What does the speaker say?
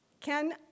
Ken